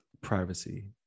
privacy